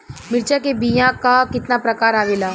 मिर्चा के बीया क कितना प्रकार आवेला?